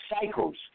cycles